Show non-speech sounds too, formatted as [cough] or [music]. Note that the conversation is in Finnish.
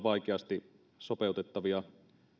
[unintelligible] vaikeasti sopeutettavia